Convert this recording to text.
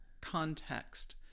context